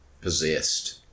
possessed